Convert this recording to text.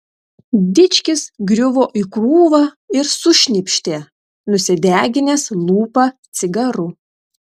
dičkis griuvo į krūvą ir sušnypštė nusideginęs lūpą cigaru